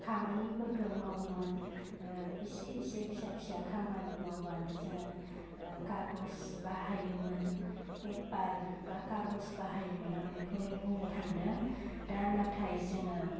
खामानिफोरखौ मावोमोन एसे एसे फिसा फिसा खामानि मावबानो जोङो खागस बाहायोमोन पेपार बा खागस बाहायोमोन आं बेखौनो बुंनो थांदों दा नाथाय जोङो